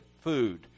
food